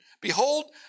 behold